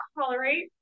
tolerate